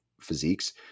physiques